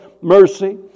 mercy